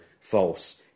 false